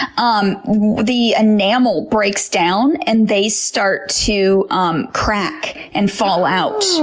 um the enamel breaks down and they start to um crack and fall out.